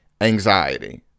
anxiety